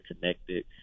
connected